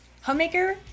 homemaker